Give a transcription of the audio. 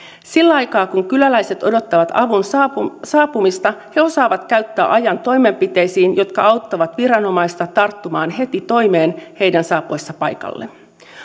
sillä aikaa kun kyläläiset odottavat avun saapumista saapumista he osaavat käyttää ajan toimenpiteisiin jotka auttavat viranomaisia tarttumaan heti toimeen heidän saapuessaan paikalle